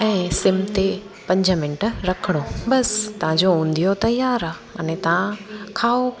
ऐं सिम ते पंज मिंट रखिणो बसि तव्हांजो उंधियू त तियारु आहे अने तव्हां खाओ